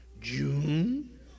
June